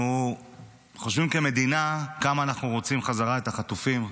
אנחנו חושבים כמדינה כמה אנחנו רוצים חזרה את החטופים,